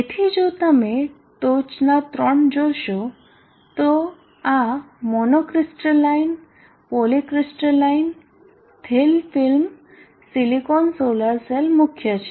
તેથી જો તમે ટોચનાં ત્રણ જોશો તો આ monocrystalline polycrystalline thin film silicon solar cell મુખ્ય છે